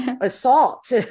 assault